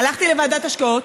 הלכתי לוועדת השקעות,